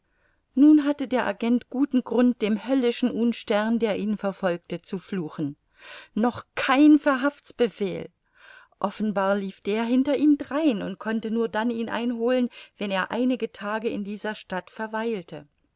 nun hatte der agent guten grund dem höllischen unstern der ihn verfolgte zu fluchen noch kein verhaftsbefehl offenbar lief der hinter ihm drein und konnte nur dann ihn einholen wenn er einige tage in dieser stadt verweilte